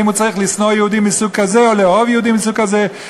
האם הוא צריך לשנוא יהודים מסוג כזה או לאהוב יהודים מסוג כזה,